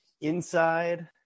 Inside